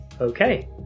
Okay